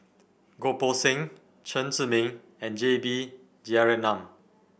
Goh Poh Seng Chen Zhiming and J B Jeyaretnam